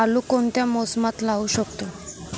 आळू कोणत्या मोसमात लावू शकतो?